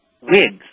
wigs